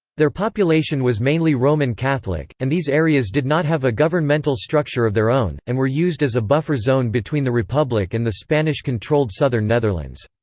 their population was mainly roman catholic, and these areas did not have a governmental structure of their own, and were used as a buffer zone between the republic and the spanish-controlled southern netherlands.